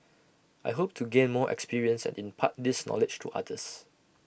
I hope to gain more experience and impart this knowledge to others